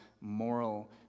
moral